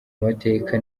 amateka